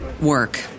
work